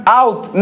out